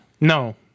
No